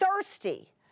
thirsty